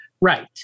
Right